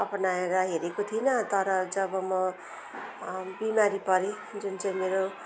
अप्नाएर हेरेको थिइनँ तर जब म बिमारी परेँ जुन चाहिँ मेरो